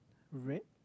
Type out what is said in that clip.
red